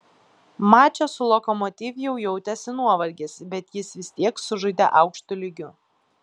mače su lokomotiv jau jautėsi nuovargis bet jis vis tiek sužaidė aukštu lygiu